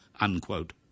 unquote